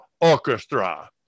Orchestra